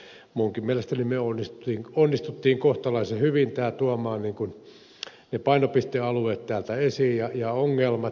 minunkin mielestäni me onnistuimme kohtalaisen hyvin tähän tuomaan ne painopistealueet esiin ja ongelmat